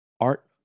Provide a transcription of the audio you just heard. art